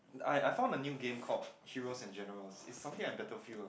I I found a new game called Heroes and Generals it's something like Battlefield ah